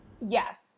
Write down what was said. Yes